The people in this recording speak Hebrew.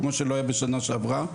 כמו שלא היה בשנה שעברה.